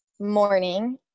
morning